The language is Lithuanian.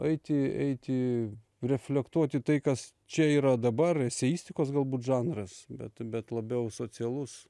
eiti eiti reflektuot į tai kas čia yra dabar eseistikos galbūt žanras bet bet labiau socialus